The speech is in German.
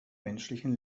menschlichen